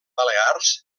balears